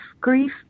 grief